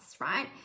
right